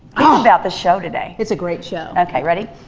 about the show today. it's a great show. okay, ready?